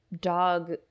dog